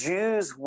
Jews